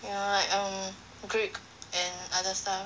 ya like um greek and other stuff